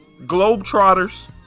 Globetrotters